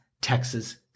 Texas